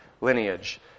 lineage